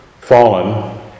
Fallen